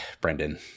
Brendan